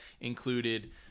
included